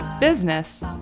business